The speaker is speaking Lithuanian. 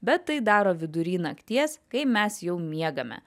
bet tai daro vidury nakties kai mes jau miegame